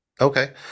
Okay